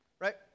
Right